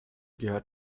gehört